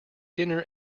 dinner